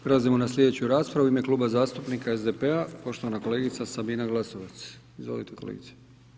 Prelazimo na sljedeću raspravu, u ime Kluba zastupnika SDP-a poštovana kolegica Sabina Glasovac, izvolite kolegice.